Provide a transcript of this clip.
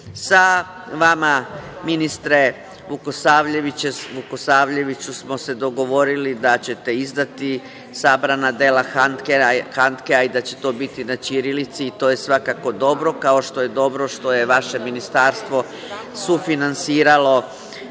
vama ministre Vukosavljeviću smo se dogovorili da ćete izdati sabrana dela Handkea i da će to biti na ćirilici i to je svakako dobro, kao što je dobro što je vaše Ministarstvo sufinansiralo